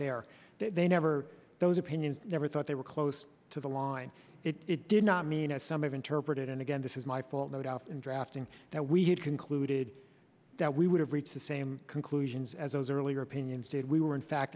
that they never those opinions never thought they were close to the line it didn't i mean as some have interpreted and again this is my fault no doubt in drafting that we had concluded that we would have reached the same conclusions as those earlier opinions did we were in fact